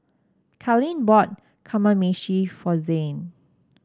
Carlene bought Kamameshi for Zain